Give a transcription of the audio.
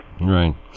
Right